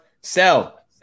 Sell